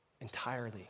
entirely